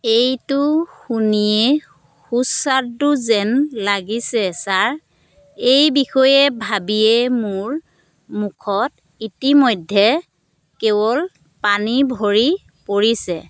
এইটো শুনিয়ে সুস্বাদু যেন লাগিছে ছাৰ এই বিষয়ে ভাবিয়ে মোৰ মুখত ইতিমধ্যে কেৱল পানী ভৰি পৰিছে